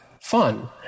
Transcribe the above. fun